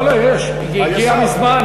לא לא, יש, היא הגיעה מזמן.